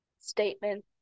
statement